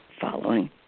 following